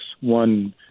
One